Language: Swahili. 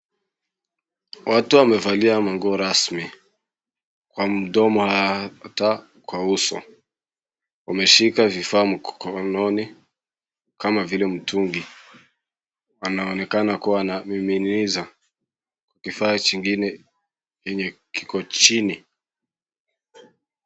Watu wamevalia mannguo rasmi. Kwa mdomo hata kwa uso. Wameshika vifaa mkononi, kama vile mtungi. Wanaonekana kuwa na miminiza kifaa kingine, yenye kiko chini.